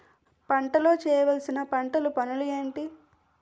పంటలో చేయవలసిన పంటలు పనులు ఏంటి?